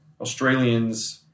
Australians